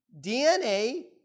DNA